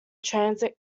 transit